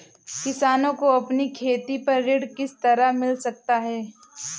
किसानों को अपनी खेती पर ऋण किस तरह मिल सकता है?